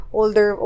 older